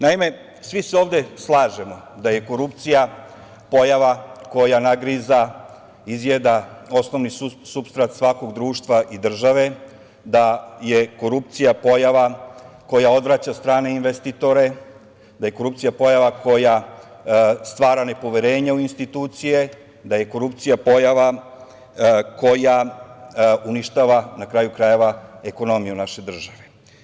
Naime, svi se ovde slažemo da je korupcija pojava koja nagriza, izjeda osnovni supstrat svakog društva i države, da je korupcija pojava koja odvraća strane investitore, da je korupcija pojava koja stvara nepoverenje u institucije, da je korupcija pojava koja uništava na kraju krajeva, ekonomiju naše države.